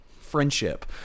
friendship